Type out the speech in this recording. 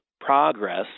progress